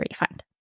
refund